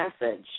message